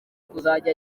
kuzajy